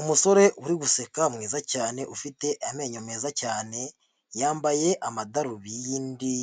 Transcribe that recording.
Umusore uri guseka mwiza cyane ufite amenyo meza cyane yambaye amadarubindi